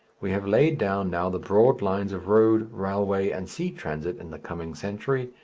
we have laid down now the broad lines of road, railway, and sea transit in the coming century,